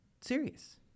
serious